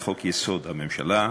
לחוק-יסוד: הממשלה,